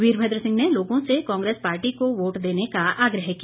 वीरभद्र सिंह ने लोगों से कांग्रेस पार्टी को वोट देने का आग्रह किया